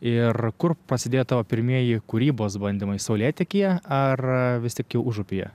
ir kur pasidėjo tavo pirmieji kūrybos bandymai saulėtekyje ar vis tik jau užupyje